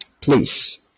Please